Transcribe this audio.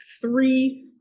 three